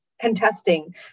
contesting